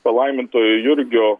palaimintojo jurgio